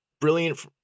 brilliant